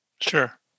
Sure